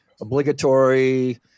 obligatory